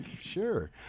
Sure